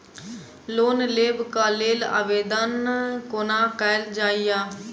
Loan लेबऽ कऽ लेल आवेदन कोना कैल जाइया?